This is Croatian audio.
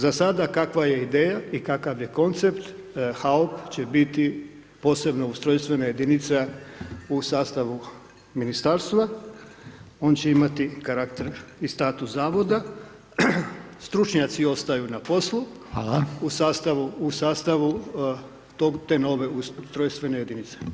Za sada kakva je ideja i kakav je koncept, HAOP će biti posebna ustrojstvena jedinica u sastavu Ministarstva, on će imati karakter i status Zavoda, stručnjaci ostaju na poslu, u sastavu te nove ustrojstvene jedinice.